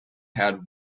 had